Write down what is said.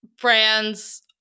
brands